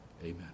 Amen